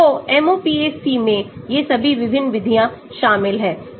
तो MOPAC में ये सभी विभिन्न विधियां शामिल हैं